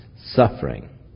suffering